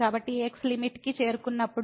కాబట్టి x limit కి చేరుకున్నప్పుడు